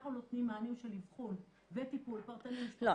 אנחנו נותנים מענים של אבחון וטיפול פרטני -- לא,